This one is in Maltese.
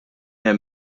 hemm